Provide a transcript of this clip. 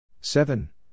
Seven